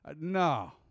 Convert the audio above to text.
no